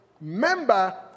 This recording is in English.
member